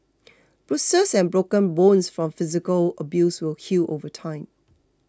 bruises and broken bones from physical abuse will heal over time